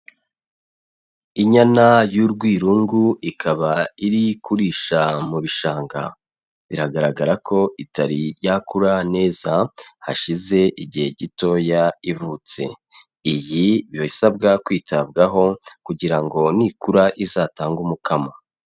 Inyana y'urwirungu ikaba iri kurisha mu bishanga, biragaragara ko itari yakura neza hashize igihe gitoya ivutse, iyi bisabwa kwitabwaho kugira ngo nikura izatange umukamo.